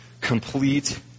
complete